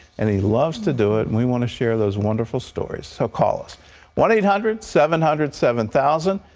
and he loves to do it, and we want to share those wonderful stories, so call us one eight hundred seven hundred seven thousand.